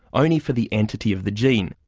only for the entity of the gene.